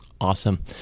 Awesome